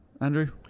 Andrew